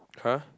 !huh!